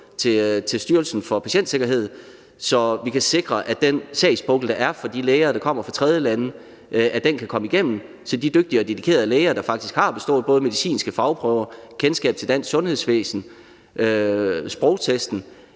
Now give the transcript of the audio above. til Styrelsen for Patientsikkerhed, så vi kan sikre, at den sagspukkel, der er for de læger, der kommer fra tredjelande, kan man komme igennem, så de dygtige og dedikerede læger, der faktisk har bestået både medicinske fagprøver og har kendskab til dansk sundhedsvæsen, sprogtesten,